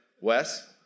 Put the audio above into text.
Wes